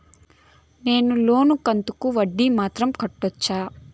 నేను లోను కంతుకు వడ్డీ మాత్రం కట్టొచ్చా?